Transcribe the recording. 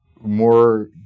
more